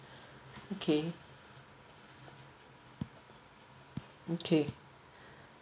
okay okay